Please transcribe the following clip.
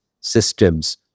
systems